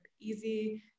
easy